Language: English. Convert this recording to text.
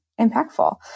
impactful